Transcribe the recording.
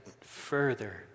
further